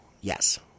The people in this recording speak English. Yes